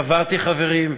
קברתי חברים,